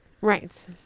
Right